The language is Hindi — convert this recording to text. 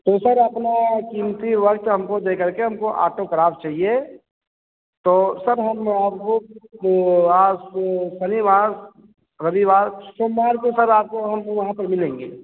तो सर अपना कीमती वक्त हमको दे करके हमको ऑटोग्राफ चाहिए तो सर हम आपको आज शनिवार रविवार सोमवार को सर आपको हम वहाँ पर मिलेंगे